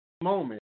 moment